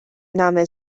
nagħmel